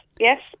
yes